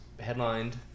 headlined